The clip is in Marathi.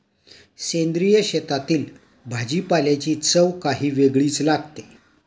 सेंद्रिय शेतातील भाजीपाल्याची चव काही वेगळीच लागते